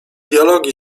dialogi